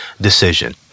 decision